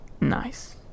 Nice